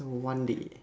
so one day